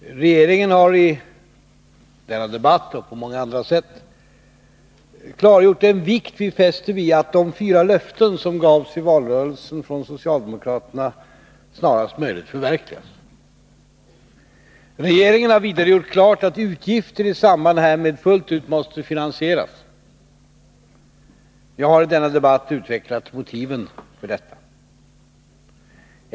Herr talman! Regeringen har i denna debatt och på många andra sätt klargjort den vikt vi fäster vid att de fyra löften som gavs i valrörelsen från socialdemokraterna snarast möjligt förverkligas. Regeringen har vidare gjort klart att utgifter i samband härmed fullt ut måste finansieras. Jag har i denna debatt utvecklat motiven för detta.